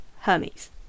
Hermes